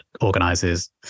organizes